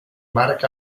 marc